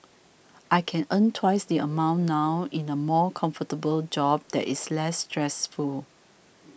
I can earn twice the amount now in a more comfortable job that is less stressful